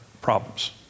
problems